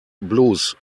blues